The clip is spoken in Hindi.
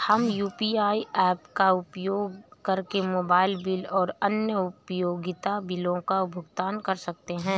हम यू.पी.आई ऐप्स का उपयोग करके मोबाइल बिल और अन्य उपयोगिता बिलों का भुगतान कर सकते हैं